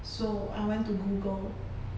so I went to google